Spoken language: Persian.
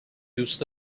دوست